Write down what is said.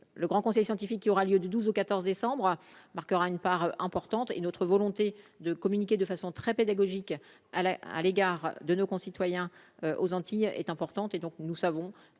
le grand conseil scientifique qui aura lieu du 12 au 14 décembre marquera une part importante et notre volonté de communiquer de façon très pédagogique à la à l'égard de nos concitoyens aux Antilles est importante et donc nous savons